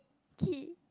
key